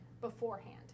beforehand